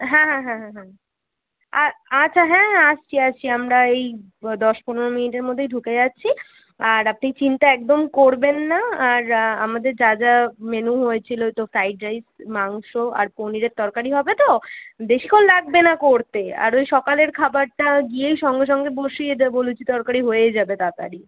হ্যাঁ হ্যাঁ হ্যাঁ হ্যাঁ হ্যাঁ আচ্ছা হ্যাঁ হ্যাঁ আসছি আসছি আমরা এই দশ পনেরো মিনিটের মধ্যেই ঢুকে যাচ্ছি আর আপনি চিন্তা একদম করবেন না আর আমাদের যা যা মেনু হয়েছিলো তো ফ্রাইড রাইস মাংস আর পনিরের তরকারি হবে তো বেশিক্ষণ লাগবে না করতে আর ওই সকালের খাবারটা গিয়েই সঙ্গে সঙ্গে বসিয়ে দেবো লুচি তরকারি হয়ে যাবে তাড়াতাড়ি